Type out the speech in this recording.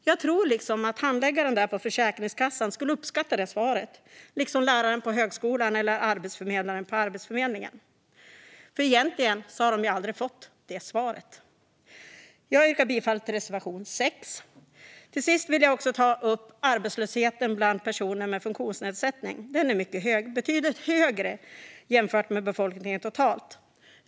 Jag tror att handläggaren på Försäkringskassan skulle uppskatta svaret liksom läraren på högskolan eller arbetsförmedlaren på Arbetsförmedlingen. Egentligen har de ju aldrig fått det svaret. Jag yrkar bifall till reservation 6. Till sist vill jag ta upp arbetslösheten bland personer med funktionsnedsättning. Den är mycket hög - betydligt högre än i befolkningen totalt.